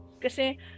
kasi